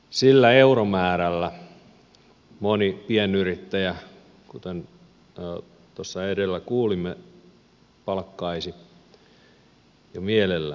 sillä euromäärällä moni pienyrittäjä kuten tuossa edellä kuulimme palkkaisi jo mielellään työntekijän